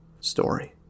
story